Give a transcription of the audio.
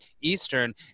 Eastern